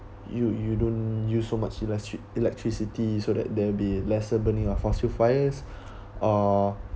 you you don't use so much electric electricity so that there be lesser burning of fossil fires or